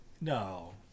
No